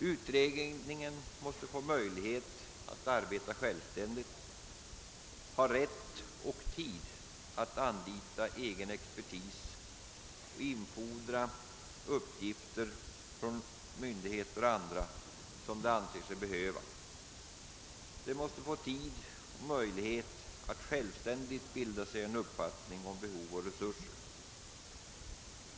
Utredningen måste få möjlighet att arbeta självständigt, ha rätt och tid att anlita egen expertis och infordra de uppgifter från myndigheter och andra som den anser sig behöva. Den måste få tid och möjlighet att självständigt bilda sig en uppfattning om behov och resurser.